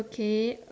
okay